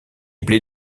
blés